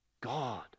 God